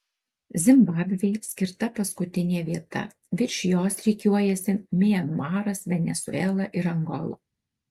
zimbabvei skirta paskutinė vieta virš jos rikiuojasi mianmaras venesuela ir angola